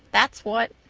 that's what.